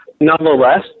nonetheless